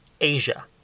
Asia